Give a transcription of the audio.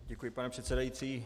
Děkuji, pane předsedající.